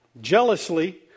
jealously